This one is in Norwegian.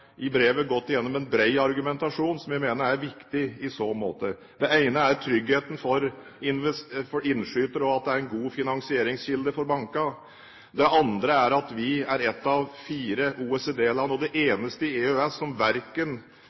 i brevet gått gjennom en bred argumentasjon som jeg mener er viktig i så måte. Det ene er tryggheten for innskyter, og at det er en god finansieringskilde for bankene. Det andre er at vi er ett av fire OECD-land – og det eneste i EØS – som verken